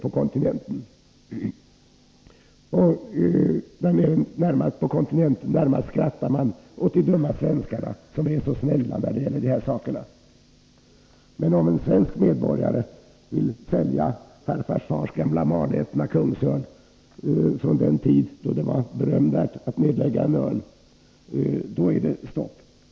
På kontinenten närmast skrattar man åt de dumma svenskarna, som är så snälla när det gäller de här sakerna. Men om en svensk medborgare vill sälja farfars fars gamla malätna kungsörn från den tid då det var berömvärt att nedlägga en sådan, då är det stopp.